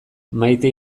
maite